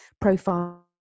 profile